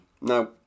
Now